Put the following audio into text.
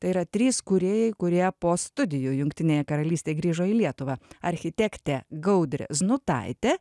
tai yra trys kūrėjai kurie po studijų jungtinėje karalystėj grįžo į lietuvą architektė gaudrė znutaitė